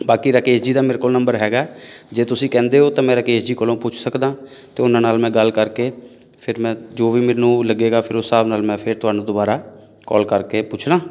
ਬਾਕੀ ਰਾਕੇਸ਼ ਜੀ ਦਾ ਮੇਰੇ ਕੋਲ ਨੰਬਰ ਹੈਗਾ ਜੇ ਤੁਸੀਂ ਕਹਿੰਦੇ ਹੋ ਤਾਂ ਮੈਂ ਰਾਕੇਸ਼ ਜੀ ਕੋਲੋਂ ਪੁੱਛ ਸਕਦਾਂ ਅਤੇ ਉਹਨਾਂ ਨਾਲ ਮੈਂ ਗੱਲ ਕਰਕੇ ਫਿਰ ਮੈਂ ਜੋ ਵੀ ਮੈਨੂੰ ਲੱਗੇਗਾ ਫਿਰ ਉਸ ਹਿਸਾਬ ਨਾਲ ਮੈਂ ਫਿਰ ਤੁਹਾਨੂੰ ਦੁਬਾਰਾ ਕੋਲ ਕਰਕੇ ਪੁੱਛਦਾ